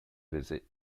visit